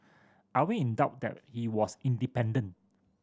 are we in doubt that he was independent